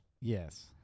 Yes